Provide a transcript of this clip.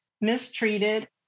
mistreated